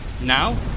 Now